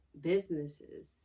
businesses